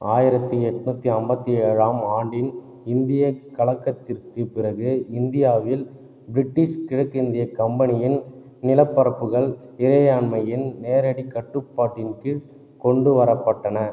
ஆயிரத்தி எண்ணுத்தி ஐம்பத்தி ஏழாம் ஆண்டின் இந்தியக் கலகத்திற்குப் பிறகு இந்தியாவில் பிரிட்டிஷ் கிழக்கிந்தியக் கம்பெனியின் நிலப்பரப்புகள் இறையாண்மையின் நேரடிக் கட்டுப்பாட்டின் கீழ் கொண்டுவரப்பட்டன